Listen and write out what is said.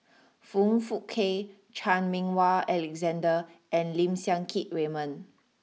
Foong Fook Kay Chan Meng Wah Alexander and Lim Siang Keat Raymond